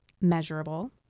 measurable